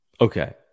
Okay